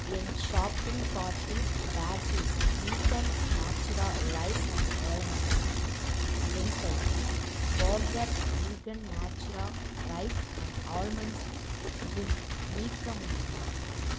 என் shopping கார்ட்டில் Bjorg's vegan Natura rice and almonds ட்ரிங்க்கை Bjorg vegan Natura rice and almonds drink நீக்க முடியுமா